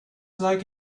like